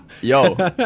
yo